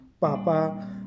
Papa